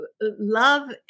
Love